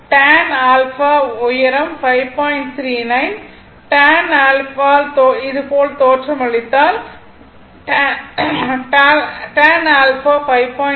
tan ɑ இது போல தோற்றமளித்தால் tan ɑ உயரம் 5